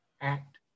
act